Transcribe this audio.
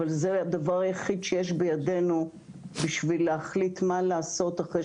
אבל זה הדבר היחיד שיש בידינו בשביל להחליט מה לעשות אחרי